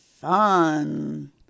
fun